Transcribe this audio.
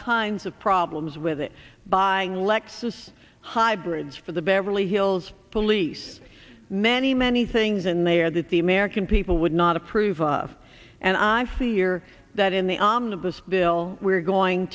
kinds of problems with it by lexus hybrids for the beverly hills police many many things in there that the american people would not approve of and i fear that in the omnibus bill we're going